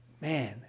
man